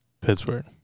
Pittsburgh